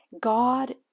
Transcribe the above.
God